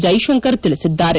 ಜೈಸಂಕರ್ ತಿಳಿಸಿದ್ದಾರೆ